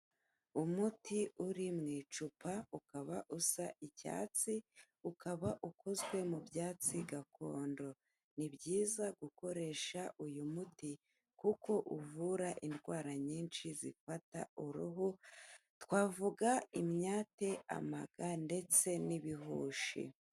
Umuti uri mu icupa ukaba usa icyatsi, ukaba ukozwe mu byatsi gakondo. Ni byiza gukoresha uyu muti kuko uvura indwara nyinshi zifata uruhu, twavuga: imyate, amaga ndetse n'ibihushi.